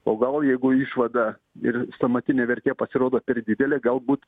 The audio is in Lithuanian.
o gal jeigu išvada ir sąmatinė vertė pasirodo per didelė galbūt